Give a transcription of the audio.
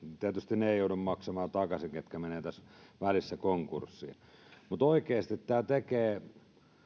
tietysti ne eivät joudu maksamaan takaisin ketkä menevät tässä välissä konkurssiin niin oikeasti tämä tekee